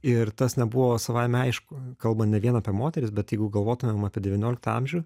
ir tas nebuvo savaime aišku kalba ne vien apie moteris bet jeigu galvotumėm apie devynioliktą amžių